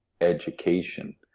education